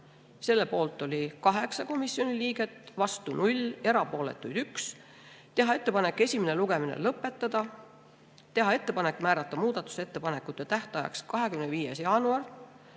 selle poolt oli 8 komisjoni liiget, vastu 0, erapooletuid 1; teha ettepanek esimene lugemine lõpetada ja määrata muudatusettepanekute tähtajaks 25. jaanuar